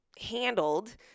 handled